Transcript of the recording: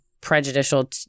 prejudicial